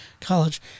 College